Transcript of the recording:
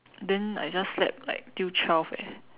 then I just slept like until twelve eh